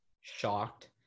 Shocked